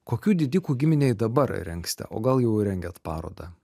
kokių didikų giminei dabar rengsite o gal jau ir rengiat parodą